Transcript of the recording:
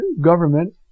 government